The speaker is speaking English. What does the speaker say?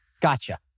Gotcha